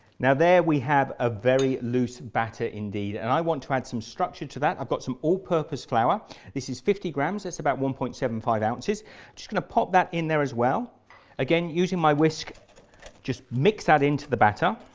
now there we have a very loose batter indeed and i want to add some structure to that i've got some all-purpose flour this is fifty grams thats about one point seven five ounces just going to pop that in there as well again using my whisk just mix that into the batter